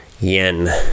yen